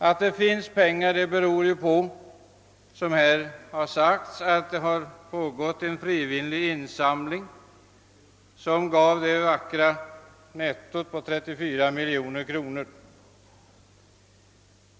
Att det finns pengar beror ju på att det, som här sagts, har pågått en frivillig insamling, som gav det vackra nettot 34 miljoner kronor.